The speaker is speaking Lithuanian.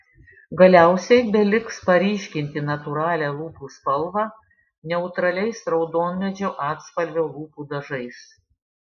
galiausiai beliks paryškinti natūralią lūpų spalvą neutraliais raudonmedžio atspalvio lūpų dažais